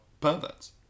perverts